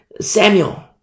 Samuel